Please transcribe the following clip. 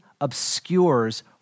obscures